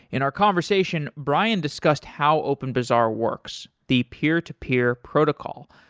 in our conversation, brian discussed how openbazaar works, the peer-to-peer protocol,